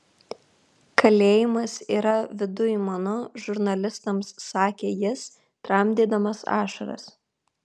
kalėjimas yra viduj mano žurnalistams sakė jis tramdydamas ašaras